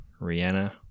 Rihanna